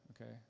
okay